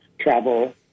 travel